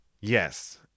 Yes